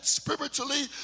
spiritually